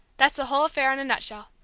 that's the whole affair in a nutshell.